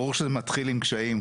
ברור שזה מתחיל עם קשיים,